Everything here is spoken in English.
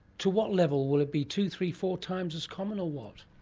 to what level? will it be two, three, four times as common or what?